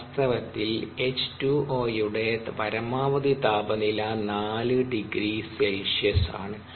വാസ്തവത്തിൽ H2O യുടെ പരമാവധി താപനില 4ºC ആണ്